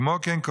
כמו כן,